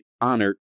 honored